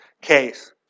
case